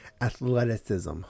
athleticism